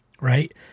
right